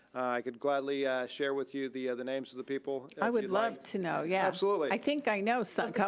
i could gladly share with you the the names of the people. i would love to know. yeah absolutely. i think i know some.